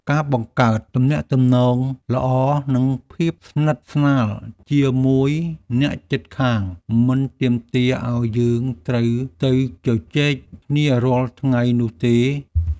ការបង្កើតទំនាក់ទំនងល្អនិងភាពស្និទ្ធស្នាលជាមួយអ្នកជិតខាងមិនទាមទារឱ្យយើងត្រូវទៅជជែកគ្នារាល់ថ្ងៃនោះទេ។